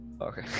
Okay